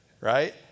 right